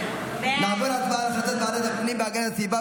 נעבור להצבעה על החלטת ועדת הפנים והגנת הסביבה